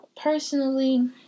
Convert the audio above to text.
personally